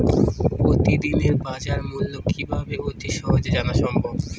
প্রতিদিনের বাজারমূল্য কিভাবে অতি সহজেই জানা সম্ভব?